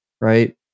right